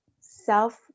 Self